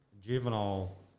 juvenile